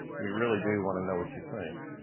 we really do want to know what you think.